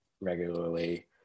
regularly